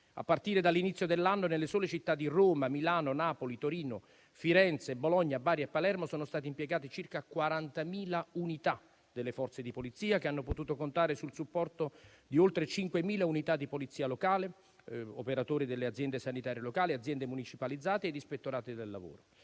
A partire dall'inizio dell'anno, nelle sole città di Roma, Milano, Napoli, Torino, Firenze, Bologna, Bari e Palermo, sono state impiegate circa 40.000 unità delle forze di polizia, che hanno potuto contare sul supporto di oltre 5.000 unità di polizia locale, operatori delle aziende sanitarie locali, aziende municipalizzate ed ispettorati del lavoro.